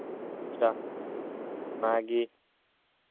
ᱟᱪᱪᱷᱟ ᱚᱱᱟᱜᱮ